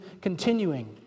continuing